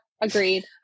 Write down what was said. Agreed